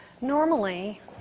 Normally